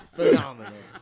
Phenomenal